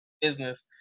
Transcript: business